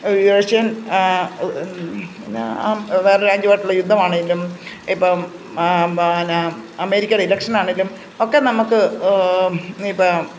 ഉയർച്ചയും എന്നാ വേറെ ഒരു രാജ്യവുമായിട്ടുള്ള യുദ്ധമാണെങ്കിലും ഇപ്പം പിന്നെ അമേരിക്കയുടെ ഇലക്ഷൻ ആണെങ്കിലും ഒക്കെ നമുക്ക് ഇപ്പം